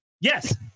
Yes